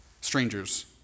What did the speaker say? strangers